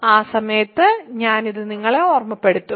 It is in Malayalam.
ആ സമയത്ത് ഞാൻ ഇത് നിങ്ങളെ ഓർമ്മപ്പെടുത്തും